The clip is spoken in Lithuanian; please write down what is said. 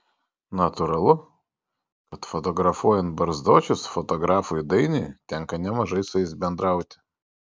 natūralu kad fotografuojant barzdočius fotografui dainiui tenka nemažai su jais bendrauti